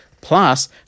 plus